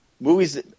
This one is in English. movies